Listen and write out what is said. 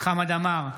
חמד עמאר,